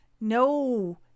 No